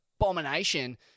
abomination